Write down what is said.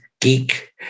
geek